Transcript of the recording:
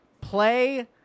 play